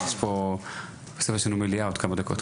אבל יש לנו מליאה עוד כמה דקות.